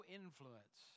influence